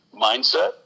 mindset